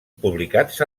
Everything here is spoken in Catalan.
publicats